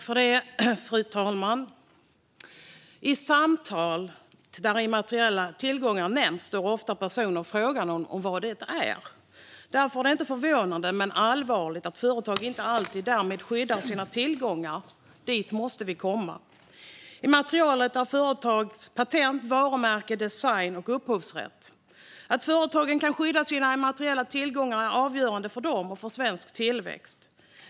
Fru talman! I samtal där immateriella tillgångar nämns frågar sig personer ofta vad detta egentligen är. Därför är det inte förvånande, men allvarligt, att företag inte alltid skyddar dessa sina tillgångar. Dit måste vi komma. Immaterialrätt är företags patent, varumärken, design och upphovsrätt. Att företagen kan skydda sina immateriella tillgångar är avgörande för dem och för svensk tillväxt.